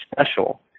special